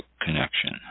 connection